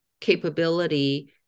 capability